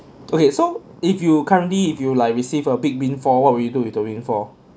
okay so if you currently if you like received a big windfall what would you do with the windfall